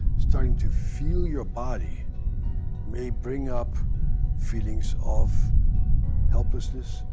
starting to feel your body may bring up feelings of helplessness,